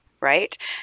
right